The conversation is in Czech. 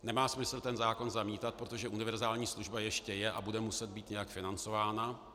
Nemá smysl zákon zamítat, protože univerzální služba ještě je a bude muset být nějak financována.